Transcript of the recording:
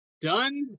done